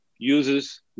uses